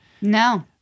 No